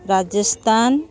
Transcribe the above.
Rajasthan